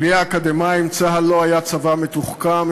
בלי האקדמאים צה"ל לא היה צבא מתוחכם,